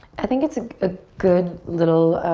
i think it's a good little